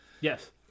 Yes